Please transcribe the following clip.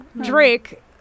Drake